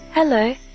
hello